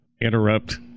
interrupt